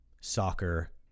soccer